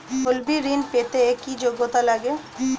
তলবি ঋন পেতে কি যোগ্যতা লাগে?